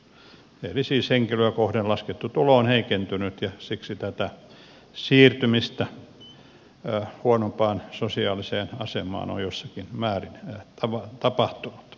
eli siis henkilöä kohden laskettu tulo on heikentynyt ja siksi tätä siirtymistä huonompaan sosiaaliseen asemaan on jossakin määrin tapahtunut